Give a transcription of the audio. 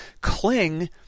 Cling